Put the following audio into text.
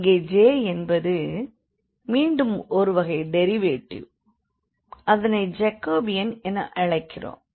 இங்கே J என்பது மீண்டும் ஒரு வகை டெரிவேட்டிவ்derivative அதனை ஜாக்கோபியன் என அழைக்கிறோம்